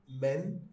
Men